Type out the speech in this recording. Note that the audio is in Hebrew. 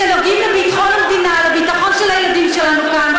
שנוגעים בביטחון המדינה ובביטחון של הילדים שלנו כאן.